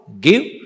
Give